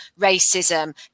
racism